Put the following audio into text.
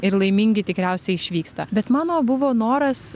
ir laimingi tikriausiai išvyksta bet mano buvo noras